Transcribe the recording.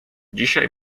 dzisiaj